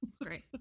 great